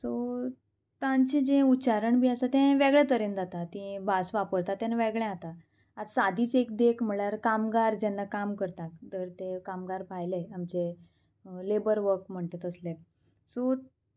so तांचें जें उच्चारण बी आसा तें वेगळे तरेन जाता तीं भास वापरता तेन्ना वेगळें जाता आतां सादीच एक देख म्हणल्यार कामदार जेन्ना काम करता तर ते कामदार भायले आमचे लेबर वर्क म्हणटा तसले सो